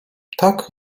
tak